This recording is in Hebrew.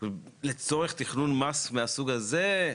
לצורך תכונן מס מהסוג הזה.